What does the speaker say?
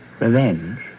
revenge